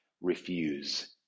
refuse